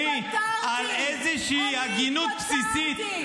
על איזושהי הגינות בסיסית --- אני התפטרתי.